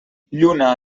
lluna